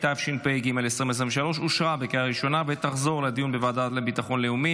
התשפ"ג 2023, לוועדה לביטחון לאומי